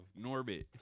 Norbit